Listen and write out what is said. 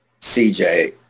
CJ